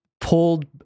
pulled